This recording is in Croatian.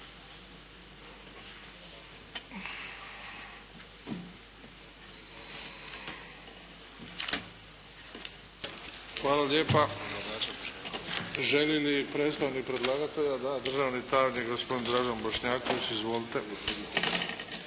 Hvala lijepa. Želi li predstavnik predlagatelja? Da. Državni tajnik, gospodin Dragan Bošnjaković. Izvolite.